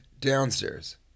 downstairs